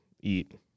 eat